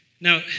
Now